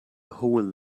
hole